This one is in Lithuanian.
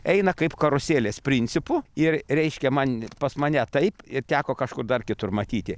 eina kaip karuselės principu ir reiškia man pas mane taip ir teko kažkur dar kitur matyti